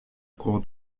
cours